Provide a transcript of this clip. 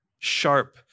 sharp